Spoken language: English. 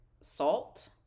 salt